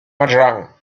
valjean